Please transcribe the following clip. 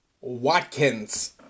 Watkins